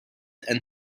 and